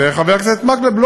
וחבר הכנסת מקלב,